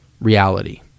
reality